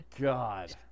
God